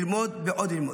ללמוד ועוד ללמוד.